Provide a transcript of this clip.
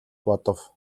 бодов